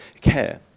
care